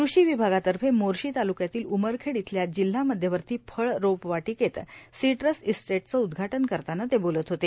कृषी विभागातर्फे मोर्शी तालुक्यातील उमरखेड इथल्या जिल्हा मध्यवर्ती फळ रोपवाटिकेत श्सीट्स इस्टेटश्चं उदघाटन करताना ते बोलत होते